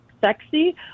sexy